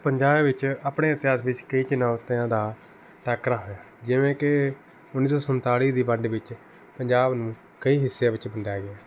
ਪੰਜਾਬ ਵਿੱਚ ਆਪਣੇ ਇਤਿਹਾਸ ਵਿੱਚ ਕਈ ਚੁਣੌਤੀਆਂ ਦਾ ਟਾਕਰਾ ਹੋਇਆ ਜਿਵੇਂ ਕਿ ਉੱਨੀ ਸੌ ਸੰਤਾਲ਼ੀ ਦੀ ਵੰਡ ਵਿੱਚ ਪੰਜਾਬ ਨੂੰ ਕਈ ਹਿੱਸਿਆਂ ਵਿੱਚ ਵੰਡਿਆ ਗਿਆ